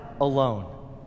alone